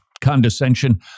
condescension